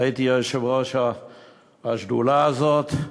והייתי יושב-ראש השדולה הזאת,